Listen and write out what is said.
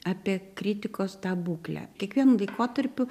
apie kritikos tą būklę kiekvienu laikotarpiu